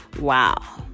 Wow